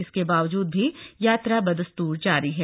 इसके बावजूद भी यात्रा बदस्तूर जारी है